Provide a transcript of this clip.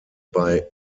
bei